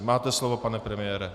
Máte slovo, pane premiére.